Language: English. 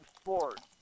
Sports